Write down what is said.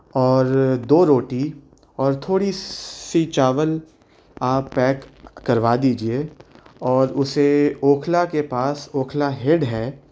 اور دو روٹی اور تھوڑی سی چاول آپ پیک کروا دیجیے اور اسے اوکھلا کے پاس اوکھلا ہیڈ ہے